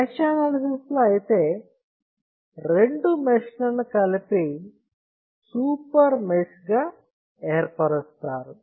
mesh analysis లో అయితే రెండు మెష్ లను కలిపి సూపర్ మెష్ గా ఏర్పరుస్తారు